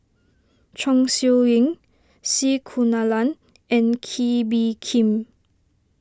Chong Siew Ying C Kunalan and Kee Bee Khim